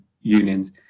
unions